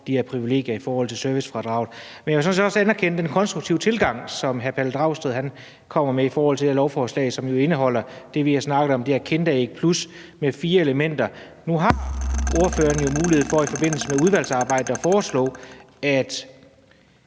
de her privilegier og servicefradraget. Jeg vil sådan set også anerkende den konstruktive tilgang, som hr. Pelle Dragsted har i forhold til det her lovforslag, som jo indeholder det, vi har snakket om, nemlig det her kinderægplus med fire elementer. Nu har ordføreren jo mulighed for i forbindelse med udvalgsarbejdet at foreslå, at